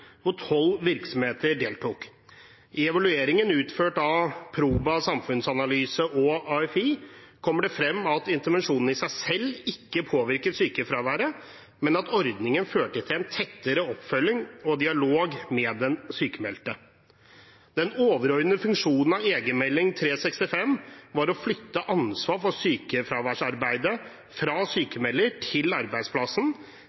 virksomheter deltok. I evalueringen, utført av Proba samfunnsanalyse og AFI, kommer det frem at intervensjonen i seg selv ikke påvirket sykefraværet, men at ordningen førte til en tettere oppfølging og dialog med den sykmeldte. Den overordnete funksjonen av Egenmelding 365 var å flytte ansvar for sykefraværsarbeidet fra